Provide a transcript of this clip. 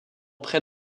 près